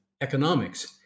Economics